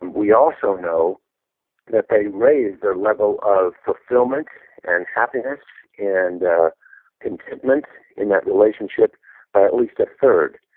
um we also know that they raise their level of fulfillment and happiness and contentment in that relationship by at least a third.